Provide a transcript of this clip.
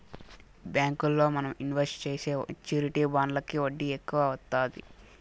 బ్యాంకుల్లో మనం ఇన్వెస్ట్ చేసే మెచ్యూరిటీ బాండ్లకి వడ్డీ ఎక్కువ వత్తాది